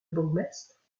bourgmestre